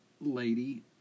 lady